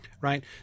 right